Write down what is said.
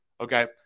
Okay